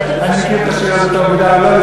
אני מכיר את השיר הזה טוב מדי,